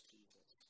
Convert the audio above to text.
Jesus